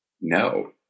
No